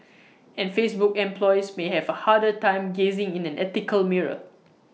and Facebook employees may have A harder time gazing in an ethical mirror